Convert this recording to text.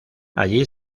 allí